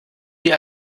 die